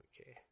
Okay